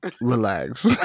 Relax